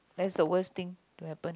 that's the worst thing to happen